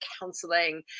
counseling